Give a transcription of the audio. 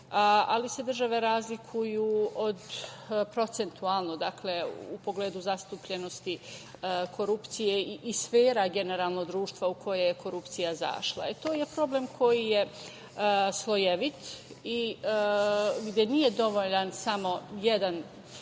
ali se države razlikuju procentualno u pogledu zastupljenosti korupcije i sfera, generalno, društva u koje je korupcija zašla. To je problem koji je slojevit i gde nije dovoljan rad samo jedne